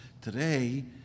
Today